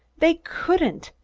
they couldn't!